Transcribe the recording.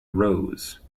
rose